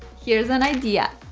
here's an idea!